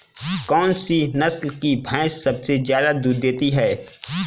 कौन सी नस्ल की भैंस सबसे ज्यादा दूध देती है?